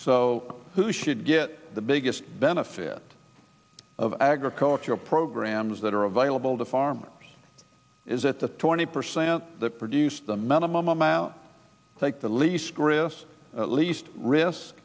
so who should get the biggest benefit of agricultural programs that are available to farmers is that the twenty percent that produce the minimum amount take the least gris least ris